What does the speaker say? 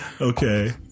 Okay